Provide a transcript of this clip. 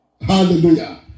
Hallelujah